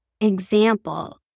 example